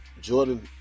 Jordan